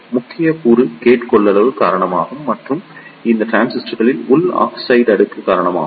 முக்கிய கூறு கேட் கொள்ளளவு காரணமாகும் மற்றும் இது டிரான்சிஸ்டரில் உள்ள ஆக்சைடு அடுக்கு காரணமாகும்